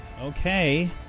Okay